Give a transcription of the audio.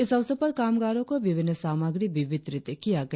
इस अवसर पर कामगारों को विभिन्न सामग्री भी वितरित किया गया